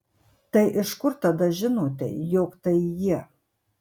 tai iš kur tada žinote jog tai jie